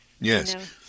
yes